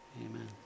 Amen